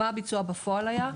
מה הביצוע בפועל היה?